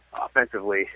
offensively